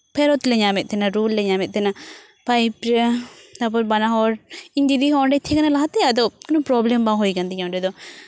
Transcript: ᱯᱷᱮᱨᱚᱛ ᱞᱮ ᱧᱟᱢᱮᱫ ᱛᱟᱦᱮᱱᱟ ᱨᱩᱣᱟᱹᱲ ᱞᱮ ᱧᱟᱢᱮᱫ ᱛᱟᱦᱮᱱᱟ ᱯᱷᱟᱭᱤᱵᱷ ᱨᱮ ᱛᱟᱨᱯᱚᱨ ᱵᱟᱱᱟ ᱦᱚᱲ ᱤᱧ ᱫᱤᱫᱤ ᱦᱚᱸ ᱚᱸᱰᱮᱭ ᱛᱟᱦᱮᱸ ᱠᱟᱱᱟ ᱞᱟᱦᱟᱛᱮ ᱟᱫᱚ ᱠᱳᱱᱳ ᱯᱨᱚᱵᱽᱞᱮᱢ ᱵᱟᱝ ᱦᱩᱭ ᱠᱟᱱ ᱛᱤᱧᱟ ᱚᱸᱰᱮ ᱫᱚ